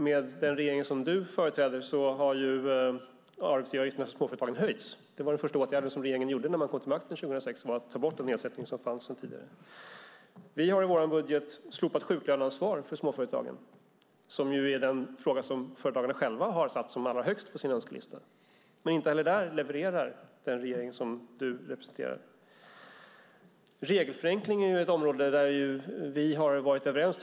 Med den regering som du, Per Åsling, företräder har arbetsgivaravgifterna för småföretagen höjts. Den första åtgärd som regeringen vidtog när den kom till makten 2006 var att ta bort den ersättning som fanns tidigare. Vi har i vår budget slopat sjuklöneansvar för småföretagen, som är den fråga som företagarna själva satt högst på sin önskelista. Inte heller där levererar den regering som du representerar. Regelförenkling är ett område där vi tidigare varit överens.